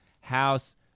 house